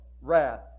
wrath